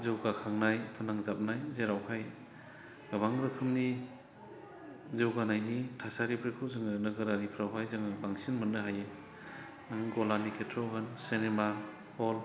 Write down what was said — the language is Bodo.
जौगाखांनाय फोनांजाबनाय जेरावहाय गोबां रोखोमनि जौगानायनि थासारिफोरखौ जोङो नोगोर आरिफोरावहाय जोङो बांसिन मोननो हायो नों गलानि खेथ्र'आव होन सिनेमा हल